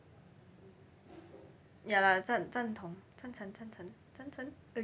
ya lah 赞同赞成赞成赞成